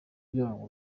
ujyanwa